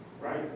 Right